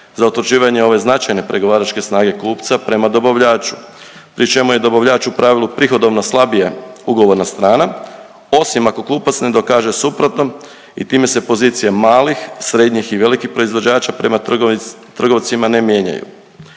za utvrđivanje ove značajne pregovaračke snage kupca prema dobavljaču pri čemu je dobavljač u pravilu prihodovno slabija ugovorna strana osim ako kupac ne dokaže suprotno i time se pozicija malih, srednjih i velikih proizvođača prema trgovin… trgovcima ne mijenjaju.